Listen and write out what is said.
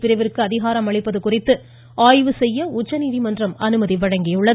பிரிவிற்கு அதிகாரம் அளிப்பது குறித்து ஆய்வு செய்ய உச்சநீதிமன்றம் அனுமதி வழங்கியுள்ளது